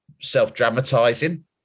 self-dramatizing